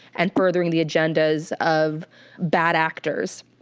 and furthering the agendas of bad actors.